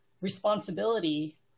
responsibility